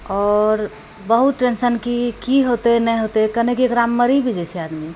आओर बहुत टेन्शन कि की होतै नहि होतै कनिके तऽ मरि जाइ छै आदमी